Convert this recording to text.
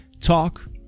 Talk